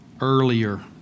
earlier